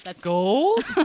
Gold